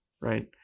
right